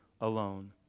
alone